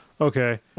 Okay